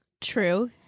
True